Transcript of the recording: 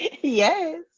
Yes